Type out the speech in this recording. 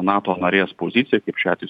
nato narės poziciją kaip šiuo atveju